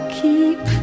keep